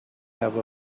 have